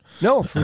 No